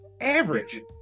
Average